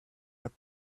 had